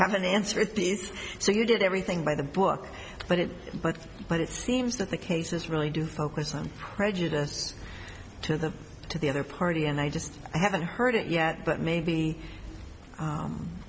have an answer if this is so you did everything by the book but it but it seems that the cases really do focus on prejudiced to the to the other party and i just haven't heard it yet but maybe